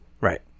right